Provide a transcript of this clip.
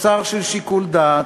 תוצר של שיקול דעת,